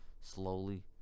slowly